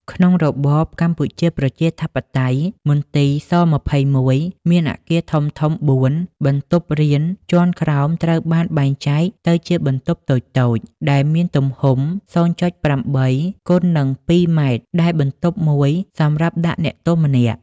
ក្នុងរបបកម្ពុជាប្រជាធិបតេយ្យ មន្ទីរ ស-២១ មានអគារធំៗបួន បន្ទប់រៀនជាន់ក្រោមត្រូវបានបែងចែកទៅជាបន្ទប់តូចៗ ដែលមានទំហំ០,៨គុណនឹង២ម៉ែត្រ ដែលបន្ទប់មួយសម្រាប់ដាក់អ្នកទោសម្នាក់ ។